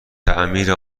تعمیر